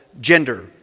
gender